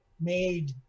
made